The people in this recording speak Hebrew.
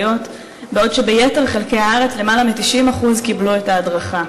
בעוד שביתר חלקי הארץ למעלה מ-90% מהתלמידים קיבלו את ההדרכה.